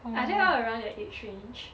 are they all around your age range